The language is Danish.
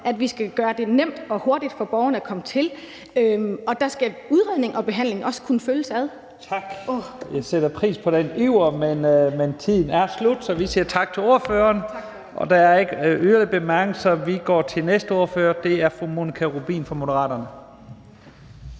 at vi skal gøre det nemt og hurtigt for borgerne at komme til, og der skal udredning og behandling også kunne følges ad. Kl. 12:18 Første næstformand (Leif Lahn Jensen): Jeg sætter pris på iveren, men tiden er slut. Vi siger tak til ordføreren. Der er ikke yderligere korte bemærkninger, så vi går til den næste ordfører, og det er fru Monica Rubin fra Moderaterne.